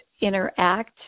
interact